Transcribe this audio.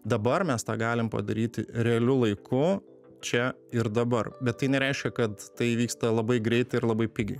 dabar mes tą galim padaryti realiu laiku čia ir dabar bet tai nereiškia kad tai vyksta labai greitai ir labai pigiai